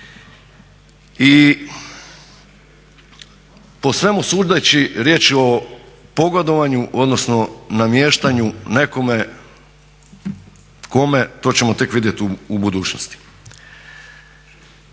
I po svemu sudeći riječ je o pogodovanju, odnosno namještanju nekome, kome, to ćemo tek vidjeti u budućnosti.